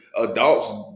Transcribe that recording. adults